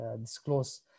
disclose